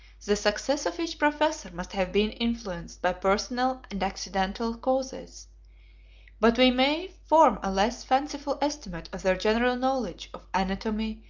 the success of each professor must have been influenced by personal and accidental causes but we may form a less fanciful estimate of their general knowledge of anatomy,